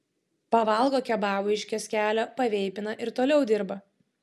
pavalgo kebabų iš kioskelio paveipina ir toliau dirba